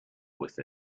with